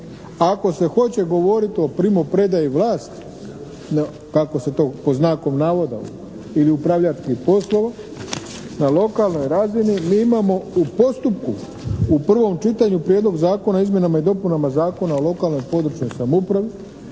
ako se hoće govoriti o primopredaji vlasti kako se to pod znakom navoda ili upravljačkih poslova na lokalnoj razini mi imamo u postupku, u prvom čitanju Prijedlog zakona o izmjenama i dopunama Zakona o lokalnoj, područnoj samoupravi